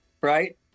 right